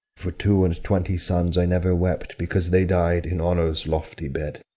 for two and twenty sons i never wept, because they died in honour's lofty bed.